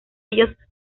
ellos